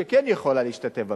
שכן יכולה להשתתף ב"מצ'ינג",